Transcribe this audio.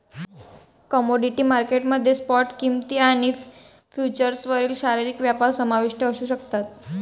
commodity market मध्ये spot किंमती आणि फ्युचर्सवरील शारीरिक व्यापार समाविष्ट असू शकतात